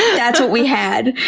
that's what we had.